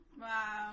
Wow